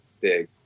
big